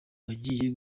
bagiye